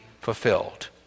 fulfilled